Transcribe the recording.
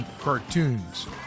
cartoons